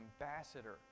ambassador